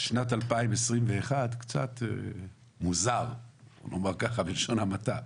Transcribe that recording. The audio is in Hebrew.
בשנת 2021 קצת מוזר, נאמר ככה בלשון המעטה.